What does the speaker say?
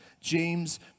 james